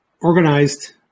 organized